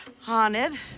haunted